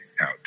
out